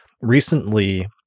recently